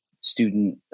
student